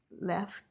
left